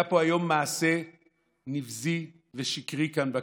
היה פה היום מעשה נבזי ושקרי כאן בכנסת.